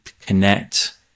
connect